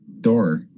door